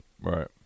Right